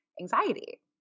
Anxiety